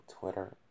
Twitter